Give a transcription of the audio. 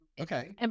okay